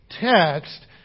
text